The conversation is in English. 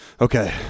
Okay